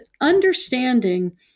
understanding